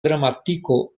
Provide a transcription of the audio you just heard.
gramatiko